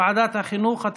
לוועדת החינוך,